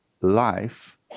life